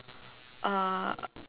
uh